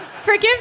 Forgive